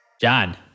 John